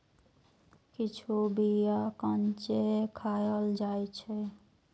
किछु बीया कांचे खाएल जाइ छै